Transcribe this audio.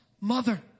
mother